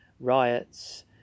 riots